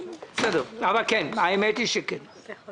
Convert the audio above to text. אתה לא